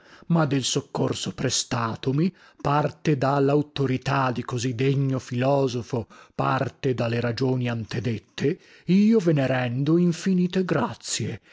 ma del soccorso prestatomi parte da lauttorità di così degno filosofo parte da le ragioni antedette io ve ne rendo infinite grazie